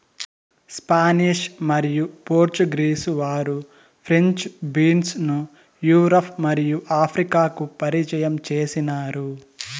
Spanish మరియు Portuguese వారు French beans ను యూరప్ మరియు ఆఫ్రికాకు పరిచయం చేసినారు